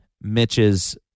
Mitch's